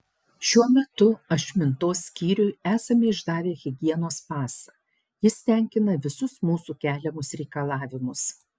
šiuo metu ašmintos skyriui esame išdavę higienos pasą jis tenkina visus mūsų keliamus reikalavimus